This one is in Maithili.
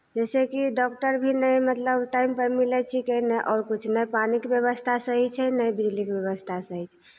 जइसे कि डॉक्टर भी नहि मतलब टाइमपर मिलै छिकै नहि आओर किछु नहि पानिके व्यवस्था सही छै नहि बिजलीके व्यवस्था सही छै